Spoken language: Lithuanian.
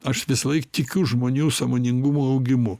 aš visąlaik tikiu žmonių sąmoningumo augimu